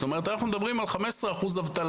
זאת אומרת, אנחנו מדברים על 15% אבטלה.